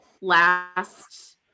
last